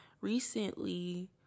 recently